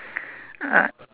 uh